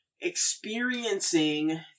experiencing